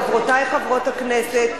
חברותי חברות הכנסת,